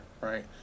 right